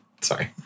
Sorry